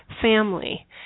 family